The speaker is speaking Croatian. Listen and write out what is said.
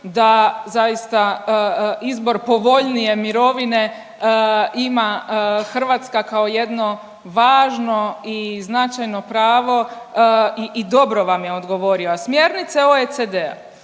da zaista izbor povoljnije mirovine ima Hrvatska kao jedno važno i značajno pravo i dobro vam je odgovorio, a smjernice OECD-a,